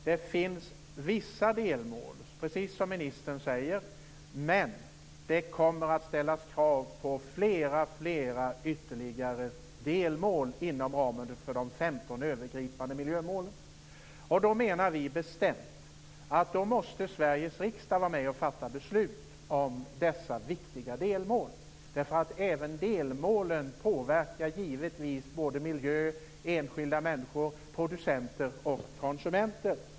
Det finns, precis som ministern säger, vissa delmål, men det kommer att ställas krav på åtskilliga ytterligare delmål inom ramen för de 15 övergripande miljömålen. Vi menar bestämt att Sveriges riksdag måste vara med om att fatta beslut om dessa viktiga delmål. Även delmålen påverkar givetvis miljö, enskilda människor, producenter och konsumenter.